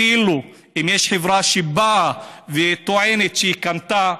אפילו אם יש חברה שבאה וטוענת שקנתה.